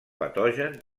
patogen